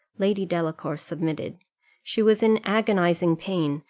lady delacour submitted she was in agonizing pain,